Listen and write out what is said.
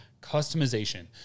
customization